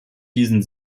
diesen